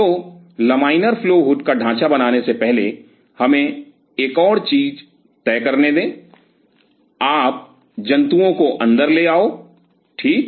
तो laminar flow hood का ढांचा बनाने से पहले हमें एक और चीज तय करने दें आप जंतुओं को अंदर ले आओ ठीक